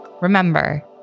Remember